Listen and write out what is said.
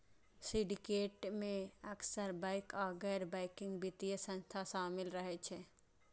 syndicate मे अक्सर bank आ गैर बैंकिंग वित्तीय संस्था शामिल रहै छै